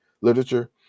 literature